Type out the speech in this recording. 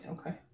Okay